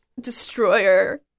Destroyer